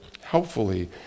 helpfully